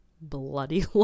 bloody